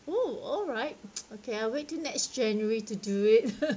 oh alright okay I'll wait till next january to do it